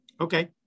Okay